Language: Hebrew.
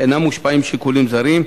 אינם מושפעים משיקולים זרים,